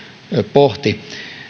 pohti